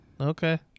Okay